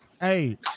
Hey